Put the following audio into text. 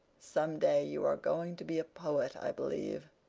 some day you are going to be a poet, i believe.